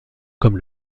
comme